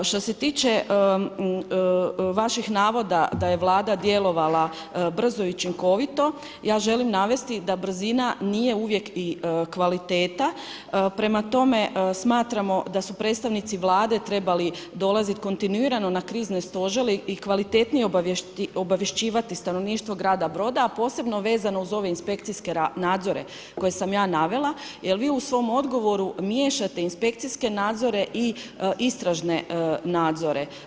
Što se tiče vaših navoda da je Vlada djelovala brzo i učinkovito, ja želim navesti da brzina nije uvijek i kvaliteta, prema tome smatramo da su predstavnici Vlade trebali dolaziti kontinuirano na krizne stožere i kvalitetnije obavješćivati stanovništvo grada Broda, a posebno vezane uz ove inspekcijske nadzore koje sam ja navela jer vi u svom odgovoru miješate inspekcijske nadzore i istražene nadzore.